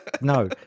No